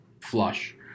flush